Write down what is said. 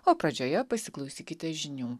o pradžioje pasiklausykite žinių